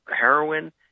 heroin